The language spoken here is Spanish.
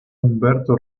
humberto